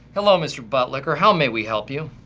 hello, mr. buttlicker. how may we help you?